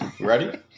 Ready